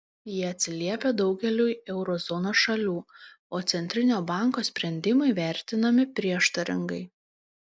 jie atsiliepia daugeliui euro zonos šalių o centrinio banko sprendimai vertinami prieštaringai